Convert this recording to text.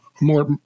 more